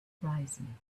horizon